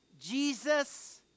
Jesus